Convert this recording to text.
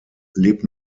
lebt